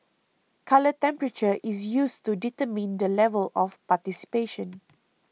colour temperature is used to determine the level of participation